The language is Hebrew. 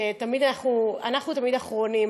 אנחנו תמיד אחרונים,